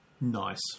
Nice